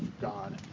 God